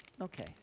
Okay